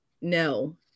no